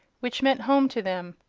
which meant home to them.